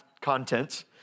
contents